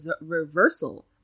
reversal